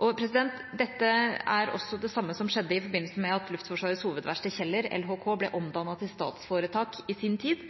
Dette er også det samme som skjedde i forbindelse med at Luftforsvarets Hovedverksted Kjeller, LHK, ble omdannet til statsforetak i sin tid.